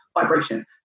vibration